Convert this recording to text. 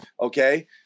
Okay